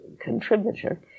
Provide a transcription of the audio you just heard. contributor